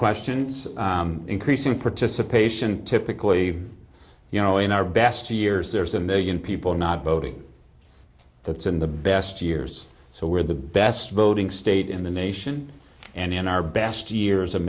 questions increasing participation typically you know in our best years there's a million people not voting that's in the best years so we're the best voting state in the nation and in our best years